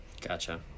Gotcha